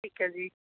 ਠੀਕ ਹੈ ਜੀ